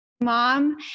mom